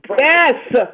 yes